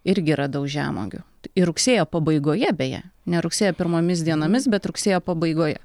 irgi radau žemuogių ir rugsėjo pabaigoje beje ne rugsėjo pirmomis dienomis bet rugsėjo pabaigoje